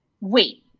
wait